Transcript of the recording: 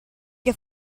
che